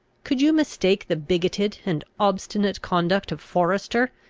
could you mistake the bigoted and obstinate conduct of forester,